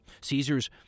Caesar's